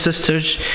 sisters